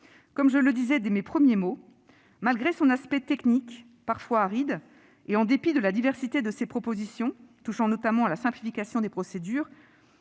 comme je le disais dès mes premiers mots, malgré son aspect technique, parfois aride, et en dépit de la diversité des propositions qu'il contient, touchant notamment à la simplification des procédures,